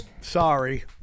Sorry